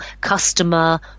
customer